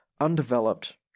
undeveloped